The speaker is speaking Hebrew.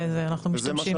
ואנחנו משתמשים